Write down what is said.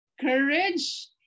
Courage